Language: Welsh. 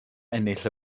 ennill